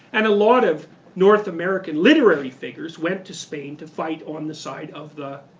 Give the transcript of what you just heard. and a lot of north american literary figures went to spain to fight on the side of the